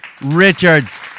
Richards